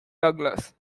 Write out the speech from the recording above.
douglas